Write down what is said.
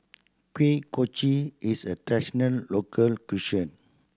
Kuih Kochi is a traditional local cuisine